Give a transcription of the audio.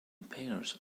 pairs